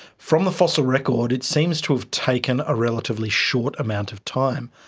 from the fossil record it seems to have taken a relatively short amount of time,